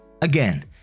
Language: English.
Again